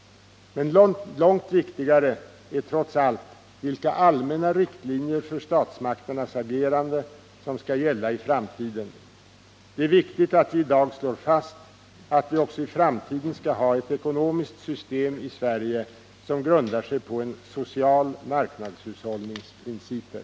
Men långt viktigare är trots allt vilka allmänna riktlinjer för statsmakternas agerande som skall gälla i framtiden. Det är viktigt att vi i dag slår fast att vi också i framtiden skall ha ett ekonomiskt system i Sverige som grundar sig på en social marknadshushållnings principer.